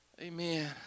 Amen